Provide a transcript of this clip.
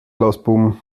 lausbuben